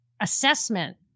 assessment